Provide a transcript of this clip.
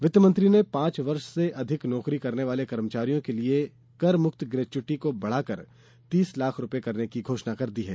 वित्तमंत्री ने पांच वर्ष से अधिक नौकरी करने वाले कर्मचारियों के लिए कर मुक्त ग्रेच्युंटी को बढ़ाकर तीस लाख रूपये करने की घोषणा की है